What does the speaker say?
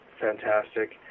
fantastic